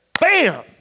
bam